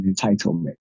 entitlement